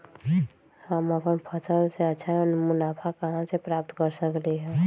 हम अपन फसल से अच्छा मुनाफा कहाँ से प्राप्त कर सकलियै ह?